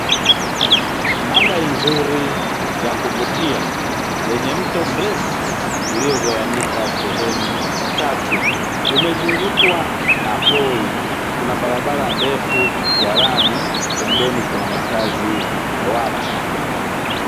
Mandhari nzuri ya kuvutia ,yenye mto mrefu uliogawanyika sehemu tatu, umezungukwa na pori, kuna barabara ndefu ya lami, pembeni kuna makazi ta watu.